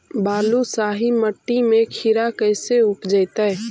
बालुसाहि मट्टी में खिरा कैसे उपजतै?